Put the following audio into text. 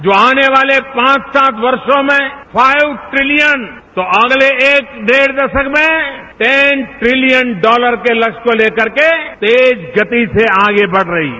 जो आने वाले पांच सात वर्षो में फाइव ट्रिलियन तो अगले एक डेढ़ दशक में टेन ट्रिलियन डॉलर के लक्ष्य को लेकर के तेज गति से आगे बढ़ रही है